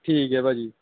ਠੀਕ ਹੈ ਭਾਅ ਜੀ